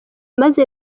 maze